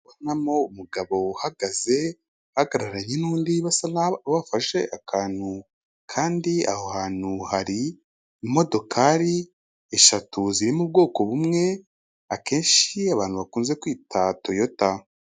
Ndabonamo umugabo uhagaze ahagararanye n'undi basa bafashe akantu kandi aho hantu hari imodokari eshatu zirimo ubwoko bumwe akenshi abantu bakunze kwita toyota.